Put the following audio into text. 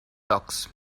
docs